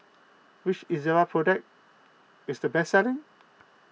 which Ezerra product is the best selling